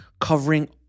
covering